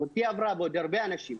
אחותי עברה ועוד הרבה אנשים.